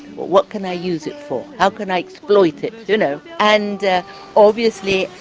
what can i use it for? how can i exploit it? you know. and obviously,